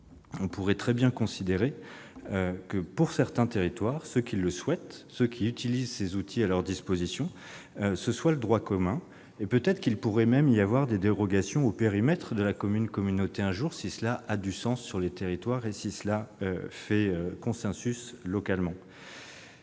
On pourrait très bien considérer que, pour les territoires qui le souhaitent et qui utilisent les outils à leur disposition, ce soit le droit commun. Il pourrait même peut-être y avoir un jour des dérogations au périmètre de la commune-communauté, si cela a du sens sur les territoires et si l'idée fait consensus localement.